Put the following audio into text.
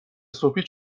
صبحی